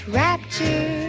rapture